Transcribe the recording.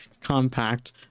compact